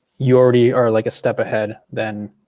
you already are like a step ahead than